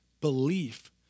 Belief